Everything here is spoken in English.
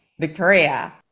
victoria